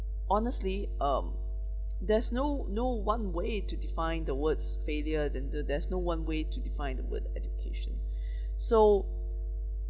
honestly um there's no no one way to define the words failure then the there's no one way to define with education so